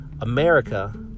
America